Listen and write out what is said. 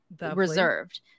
reserved